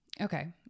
Okay